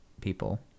people